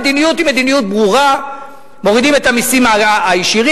המדיניות היא מדיניות ברורה: מורידים את המסים הישירים,